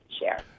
share